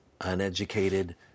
uneducated